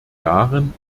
jahren